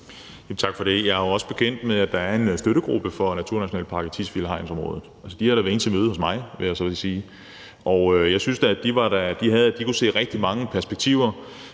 Tak for det. Jeg er også bekendt med, at der er en støttegruppe for at lave naturnationalpark i Tisvilde Hegn-området. Det har da været inde til møde hos mig, vil jeg lige sige. Og jeg synes da, at de kunne se rigtig mange perspektiver,